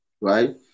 right